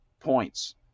points